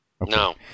No